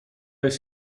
jest